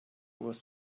was